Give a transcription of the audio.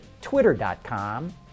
twitter.com